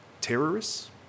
Terrorists